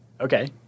Okay